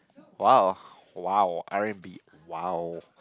!wow! !wow! R-and-B !wow!